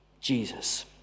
Jesus